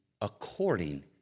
according